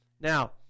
Now